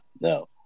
no